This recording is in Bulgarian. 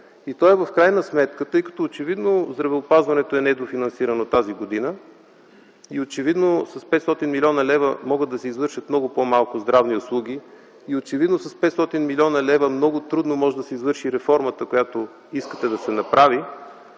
И той е, тъй като очевидно здравеопазването тази година не е дофинансирано и очевидно с 500 млн. лв. могат да се извършат много по-малко здравни услуги, и очевидно с 500 млн. лв. много трудно може да се извърши реформата, която искате да се направи,